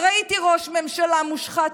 ראיתי ראש ממשלה מושחת,